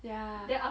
ya